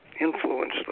influence